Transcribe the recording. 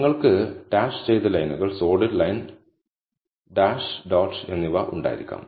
നിങ്ങൾക്ക് ഡാഷ് ചെയ്ത ലൈനുകൾ സോളിഡ് ലൈൻ ഡാഷ് ഡോട്ട് എന്നിവ ഉണ്ടായിരിക്കാം